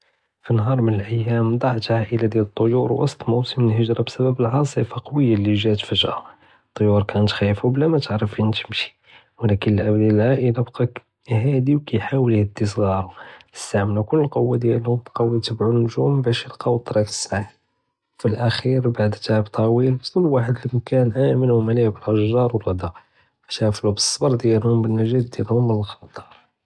פנהאר מן אלאיאם דעת עאילת דיאל אלטויור וסת מוסם האליגה בסבב עספה כוויה לי ג'את فجאה, אלטויור קנת חאיפה, ובלא מא תערף וין תמשי, ולקין אלאב דיאל אלעאילה בקע האדי ו קיהת'ול יהדי סג'ארוה, סטעמלו קול אלכועה דיאלוהום ובקעו יתובעו נוג'ום באש ילקאו טריק אלסחיח, פלאכיר בעד תעב טויל כל וואחד קאן מא'מין ביליהומה לי ירבחו ואהתפלו בסבר דיאלוהום ואלנגאא דיאלוהום מן אלח'טאר.